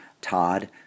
Todd